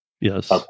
yes